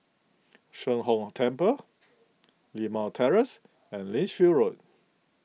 Sheng Hong Temple Limau Terrace and Lichfield Road